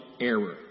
error